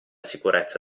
sicurezza